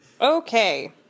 okay